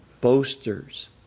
Boasters